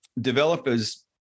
Developers